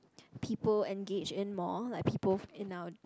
people engage in more like people in our